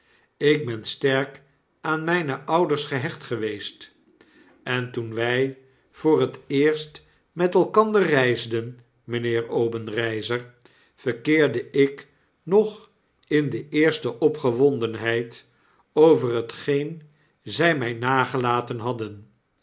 ik ben sterk aan mijne ouders gehecht geweest en toen wy voor het eerst met elkander reisden mynheer obenreizer verkeerde ik nog in de eerste opgewondenheid over hetgeen zy my nagelaten nadden